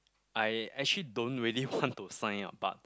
I actually don't really want to sign up but